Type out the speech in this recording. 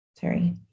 Sorry